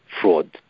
fraud